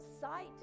sight